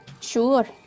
sure